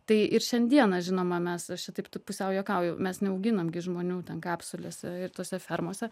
tai ir šiandieną žinoma mes šitaip tu pusiau juokauju mes neauginam gi žmonių ten kapsulėse ir tose fermose